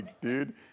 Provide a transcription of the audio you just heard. dude